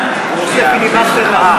הוא עושה פיליבסטר לעצמו?